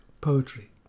poetry